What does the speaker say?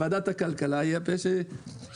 ועדת הכלכלה היא הפה שהתיר,